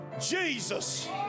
Jesus